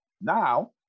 Now